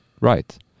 right